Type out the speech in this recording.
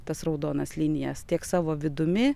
tas raudonas linijas tiek savo vidumi